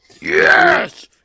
Yes